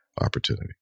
opportunity